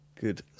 good